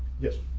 yes.